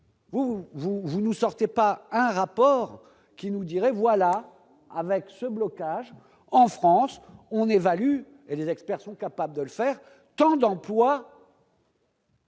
vous nous sortez pas un rapport qui nous dirait voilà, avec ce blocage en France, on évalue les experts sont capables de le faire tant d'emplois.